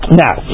now